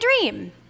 dream